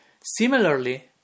Similarly